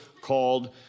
called